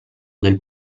del